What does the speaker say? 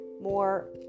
more